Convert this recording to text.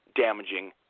damaging